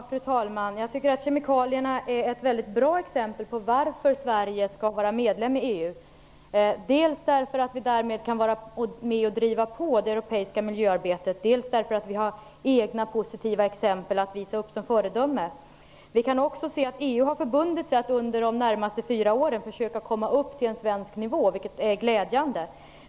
Fru talman! Jag tycker att kemikalierna är ett väldigt bra exempel på varför Sverige skall vara medlem i EU, dels därför att vi kan vara med och driva på det europeiska miljöarbetet, dels därför att vi har egna positiva exempel att visa upp som föredömen. EU har förbundit sig att under de närmaste fyra åren försöka komma upp till en svensk nivå, vilket är glädjande.